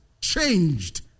changed